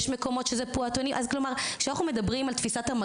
אנחנו רואים בעמותה את המג״רים,